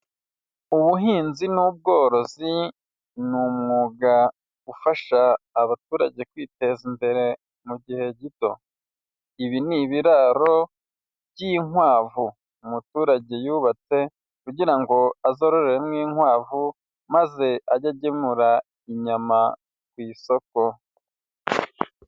Ubuhinzi n'ubworozi ni umwuga ufasha abaturage kwiteza imbere mu gihe gito. Ibi ni ibiraro by'inkwavu umuturage yubatse kugira ngo azororeremo inkwavu maze ajye agemura inyama ku isoko.